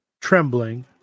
trembling